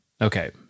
Okay